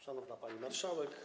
Szanowna Pani Marszałek!